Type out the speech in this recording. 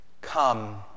Come